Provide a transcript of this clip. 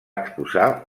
exposar